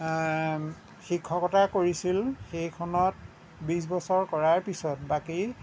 শিক্ষকতা কৰিছিলোঁ সেইখন বিছ বছৰ কৰাৰ পিছত বাকী